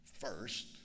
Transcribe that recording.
first